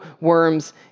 worms